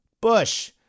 Bush